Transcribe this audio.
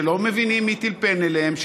שלא מבינים מי טלפן אליהם,